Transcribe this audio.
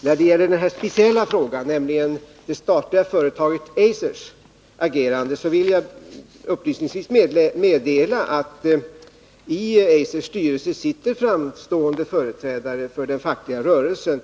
När det gäller den speciella frågan om det statliga företaget Eisers agerande vill jag upplysningsvis meddela att i Eisers styrelse ingår framstående företrädare för den fackliga rörelsen.